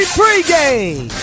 pregame